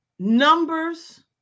Numbers